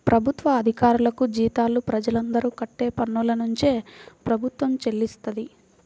ప్రభుత్వ అధికారులకు జీతాలు ప్రజలందరూ కట్టే పన్నునుంచే ప్రభుత్వం చెల్లిస్తది